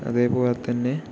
അതേപോലെ തന്നെ